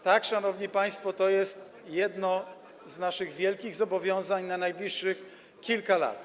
Tak, szanowni państwo, to jest jedno z naszych wielkich zobowiązań na najbliższych kilka lat.